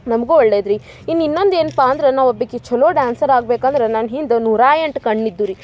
ನಮ್ಗು ಒಳ್ಳೇಯದು ರೀ ಇನ್ನ ಇನ್ನೊಂದು ಏನ್ಪ ಅಂದ್ರ ನಾ ಒಬ್ಬಾಕಿ ಛಲೋ ಡ್ಯಾನ್ಸರ್ ಆಗ್ಬೇಕು ಅಂದ್ರ ನನ್ನ ಹಿಂದೆ ನೂರಾ ಎಂಟು ಕಣ್ಣು ಇದ್ದು ರೀ